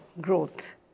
growth